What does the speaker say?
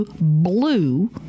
Blue